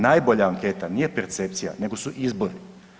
Najbolja anketa, nije percepcija, nego su izbori.